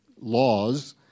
laws